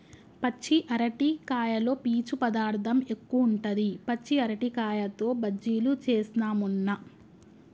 పచ్చి అరటికాయలో పీచు పదార్ధం ఎక్కువుంటది, పచ్చి అరటికాయతో బజ్జిలు చేస్న మొన్న